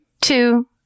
two